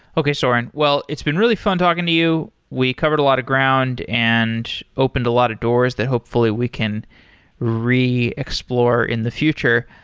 okay, soren. well, it's been really fun talking to you. we covered a lot of ground and opened a lot of doors that hopefully we can re-explore in the future.